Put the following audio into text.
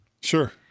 Sure